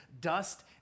dust